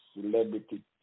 celebrity